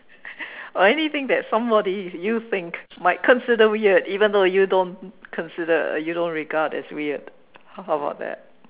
or anything that somebody you think might consider weird even though you don't consider or you don't regard as weird how about that